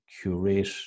curate